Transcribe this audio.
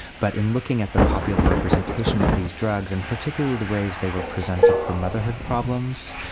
but in looking at the popular representation of these drugs, and particularly the ways they were presented for motherhood problems,